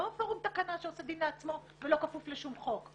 לא פורום תקנה שעושה דין בעצמו ולא כפוף לשום חוק.